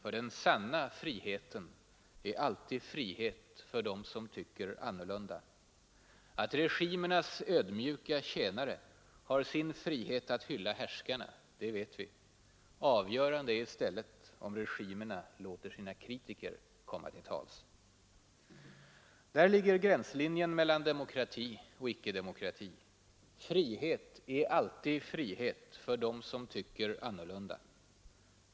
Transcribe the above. Ty den sanna friheten är alltid frihet för dem som tycker annorlunde. Att regimernas ödmjuka tjänare har sin frihet att hylla härskarna, det vet vi. Avgörande är i stället om regimerna låter sina kritiker komma till tals. Där ligger gränslinjen mellan demokrati och icke-demokrati. Frihet är alltid frihet för dem som tycker annorlunda.